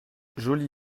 joli